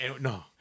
No